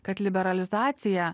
kad liberalizacija